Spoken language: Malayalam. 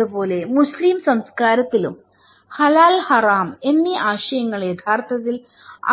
അതുപോലെ മുസ്ലീം സംസ്കാരത്തിലും ഹലാൽ ഹറാം എന്നീ ആശയങ്ങൾ യഥാർത്ഥത്തിൽ